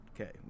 Okay